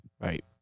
Right